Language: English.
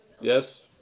Yes